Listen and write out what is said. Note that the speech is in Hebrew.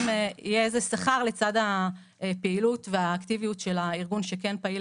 יהיה איזה שכר לצד הפעילות והאקטיביות של הארגון שכן פעיל